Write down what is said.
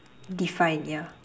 define yeah